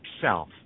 self